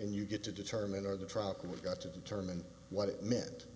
and you get to determine are the truck we've got to determine what it meant